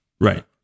right